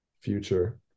future